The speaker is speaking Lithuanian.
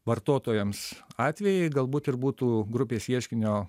vartotojams atvejai galbūt ir būtų grupės ieškinio